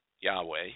Yahweh